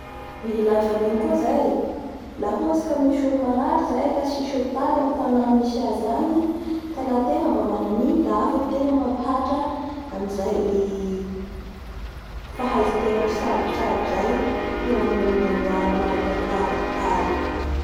Ny ilaiva anigny koa zay a hoatsy ka amisy olo marary zay ka tsisy hopitay zay amin'ny tana misy azy agny ka aha ayegna mba manan an'igny da afaky ategna mampihatra anizay fahaizategna mitsotsabo zay ho amin'ny olo igny any mandrapahita hopitaly.